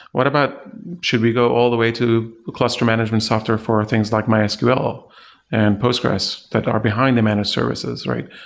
what about should we go all the way to the cluster management software for things like mysql and postgresql that are behind the managed services, right?